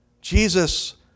Jesus